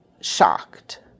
shocked